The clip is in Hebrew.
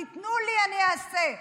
תיתנו לי, אני אעשה.